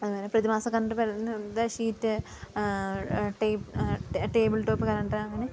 അതു പോലെ പ്രതിമാസം കലണ്ടർ പ്രതിദിന ധ ഷീറ്റ് ടേ ടേബിൾ ടോപ്പ് കലണ്ടർ അങ്ങനെ